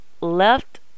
left